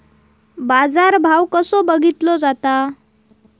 बाजार भाव कसो बघीतलो जाता?